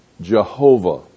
Jehovah